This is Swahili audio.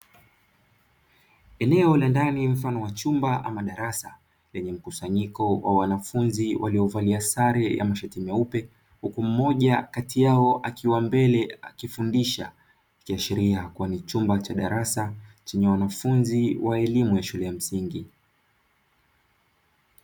Eneo la ndani mfano wa chumba ama darasa lenye mkusanyiko wa wanafunzi waliovalia sare ya mashati meupe huku mmoja kati yao akiwa mbele akifundisha; ikiashiria kuwa ni chumba cha darasa chenye wanafunzi wa elimu ya shule ya msingi.